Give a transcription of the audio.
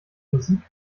musik